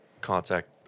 contact